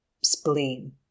spleen